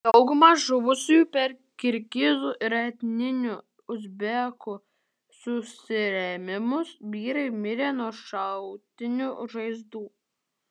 dauguma žuvusiųjų per kirgizų ir etninių uzbekų susirėmimus vyrai mirę nuo šautinių žaizdų